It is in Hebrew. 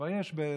כבר יש בחוקים,